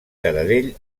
taradell